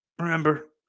Remember